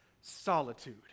solitude